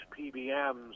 PBMs